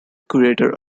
curator